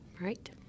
right